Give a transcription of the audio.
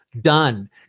done